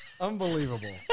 Unbelievable